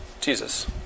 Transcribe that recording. Jesus